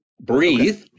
breathe